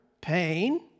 pain